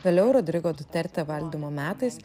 vėliau rodrigo terte valdymo metais